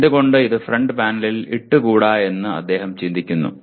എന്തുകൊണ്ട് ഇത് ഫ്രണ്ട് പാനലിൽ ഇട്ടുകൂടാ എന്ന് അദ്ദേഹം ചിന്തിക്കുന്നു